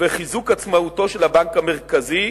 וחיזוק עצמאותו של הבנק המרכזי